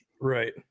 right